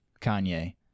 Kanye